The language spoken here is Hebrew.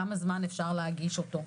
כמה זמן אפשר להגיש את התביעה.